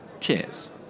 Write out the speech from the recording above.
Cheers